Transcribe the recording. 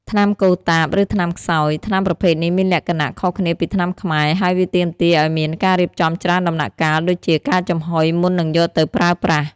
ថ្នាំកូតាប ឬថ្នាំខ្សោយ ថ្នាំប្រភេទនេះមានលក្ខណៈខុសគ្នាពីថ្នាំខ្មែរ ហើយវាទាមទារឱ្យមានការរៀបចំច្រើនដំណាក់កាលដូចជាការចំហុយមុននឹងយកទៅប្រើប្រាស់។